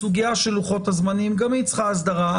הסוגייה של לוחות הזמנים גם היא צריכה הסדרה.